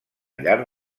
llar